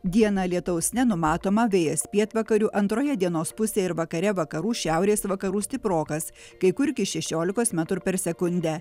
dieną lietaus nenumatoma vėjas pietvakarių antroje dienos pusėje ir vakare vakarų šiaurės vakarų stiprokas kai kur iki šešiolikos metrų per sekundę